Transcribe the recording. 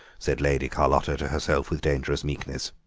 said lady carlotta to herself with dangerous meekness.